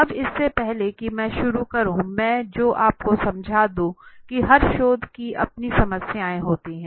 अब इससे पहले कि मैं शुरू करूं मैं जो आपको समझा दूँ कि हर शोध की अपनी समस्याएं होती हैं